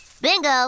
Bingo